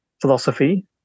philosophy